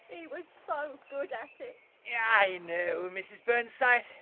he was so good at it! yeah i know, mrs burnside.